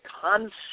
concept